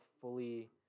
fully